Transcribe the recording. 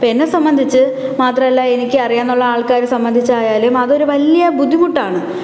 അപ്പം എന്നെ സംബന്ധിച്ച് മാത്രമല്ല എനിക്ക് അറിയാം എന്നുള്ള ആൾക്കാരെ സംബന്ധിച്ചായാലും അതൊരു വലിയ ബുദ്ധിമുട്ടാണ്